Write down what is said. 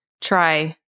try